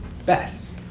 best